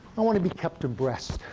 i want to be kept abreast.